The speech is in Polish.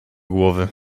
głowy